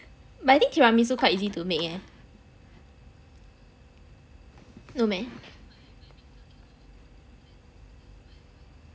but I think tiramisu quite easy to make eh no meh